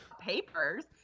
papers